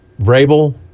Vrabel